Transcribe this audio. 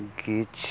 ਗਿੱਛ